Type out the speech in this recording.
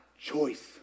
Choice